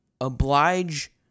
oblige